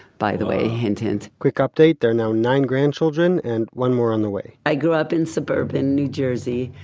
by the way, hint hint, quick update there are now nine grandchildren and one more on the way i grew up in suburban new jersey,